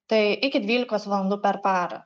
tai iki dvylikos valandų per parą